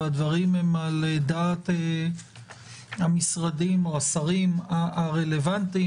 והדברים הם על דעת המשרדים או השרים הרלוונטיים,